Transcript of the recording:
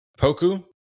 Poku